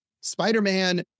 Spider-Man